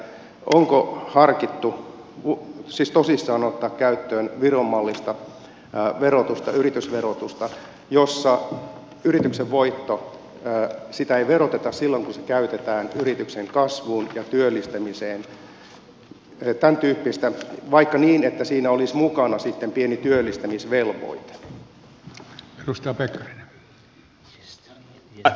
onko harkittu siis tosissaan ottaa käyttöön viron mallista yritysverotusta jossa yrityksen voittoa ei veroteta silloin kun se käytetään yrityksen kasvuun ja työllistämiseen tämäntyyppistä vaikka niin että siinä olisi mukana sitten pieni työllistämisvelvoite